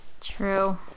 True